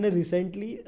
recently